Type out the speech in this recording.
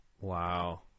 Wow